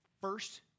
First